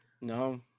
No